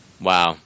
wow